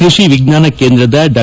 ಕೃಷಿ ವಿಜ್ಞಾನ ಕೇಂದ್ರದ ಡಾ